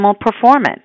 performance